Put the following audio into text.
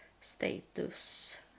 status